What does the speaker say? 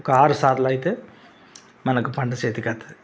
ఒక ఆరు సార్లయితే మనకు పంట చేతికొస్తుంది